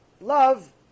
love